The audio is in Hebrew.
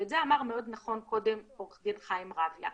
ואת זה אמר מאוד נכון קודם עורך דין חיים רביה.